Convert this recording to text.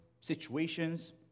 situations